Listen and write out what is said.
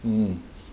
mm